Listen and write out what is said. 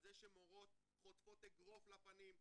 על זה שמורות חוטפות אגרוף לפנים,